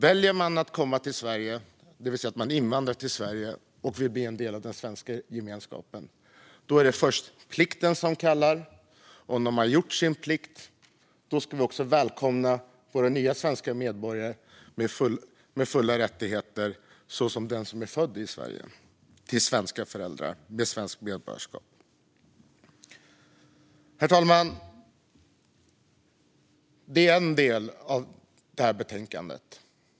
Om man väljer att komma till Sverige, det vill säga invandrar hit, och vill bli en del av den svenska gemenskapen, är det först plikten som gäller. När man har gjort sin plikt ska vi välkomna våra nya svenska medborgare med fullständiga rättigheter, samma rättigheter som den har som är född i Sverige av svenska föräldrar och har svenskt medborgarskap. Herr talman! Detta var en del av betänkandet.